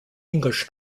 english